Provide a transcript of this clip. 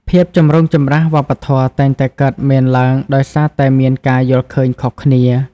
ភាពចម្រូងចម្រាសវប្បធម៌តែងតែកើតមានឡើងដោយសារតែមានការយល់ឃើញខុសគ្នា។